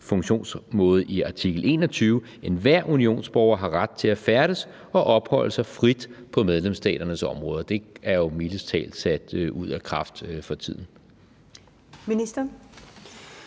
funktionsmåde i artikel 21: »Enhver unionsborger har ret til at færdes og opholde sig frit på medlemsstaternes område.« Det er jo mildest talt sat ud af kraft for tiden. Kl.